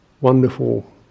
wonderful